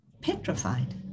petrified